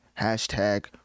Hashtag